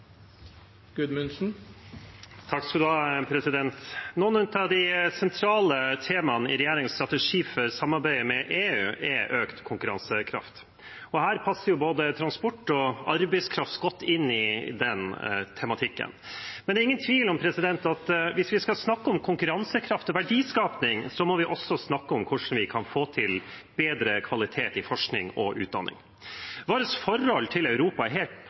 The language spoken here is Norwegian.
økt konkurransekraft, og her passer jo både transport og arbeidskraft godt inn i den tematikken. Men det er ingen tvil om at hvis vi skal snakke om konkurransekraft og verdiskaping, må vi også snakke om hvordan vi kan få til bedre kvalitet i forskning og utdanning. Vårt forhold til Europa er helt